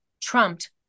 trumped